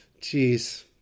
Jeez